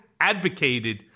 advocated